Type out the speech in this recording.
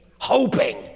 hoping